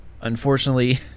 Unfortunately